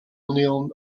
union